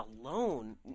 alone